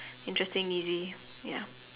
interesting easy ya